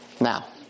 Now